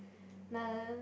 nah